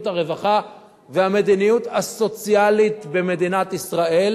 הרווחה ולמדיניות הסוציאלית במדינת ישראל.